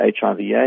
HIV-AIDS